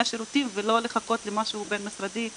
השירותים ולא לחכות למשהו בין משרדי,